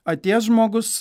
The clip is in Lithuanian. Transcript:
atėjęs žmogus